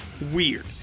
weird